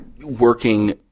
working